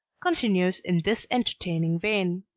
continues in this entertaining vein